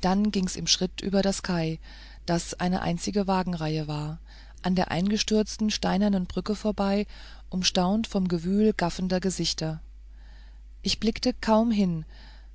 dann ging's im schritt über das quai das eine einzige wagenreihe war an der eingestürzten steinernen brücke vorbei umstaut vom gewühl gaffender gesichter ich blickte kaum hin